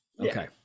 okay